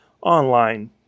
online